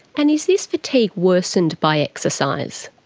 and is this fatigue worsened by exercise?